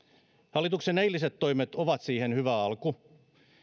hallituksen eiliset toimet ovat siihen hyvä alku